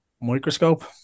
Microscope